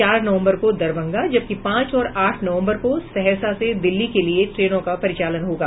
चार नवम्बर को दरभंगा जबकि पांच और आठ नवम्बर को सहरसा से दिल्ली के लिये ट्रेनों का परिचालन होगा